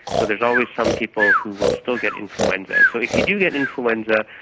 so there's always some people who will still get influenza. and so if you do get influenza,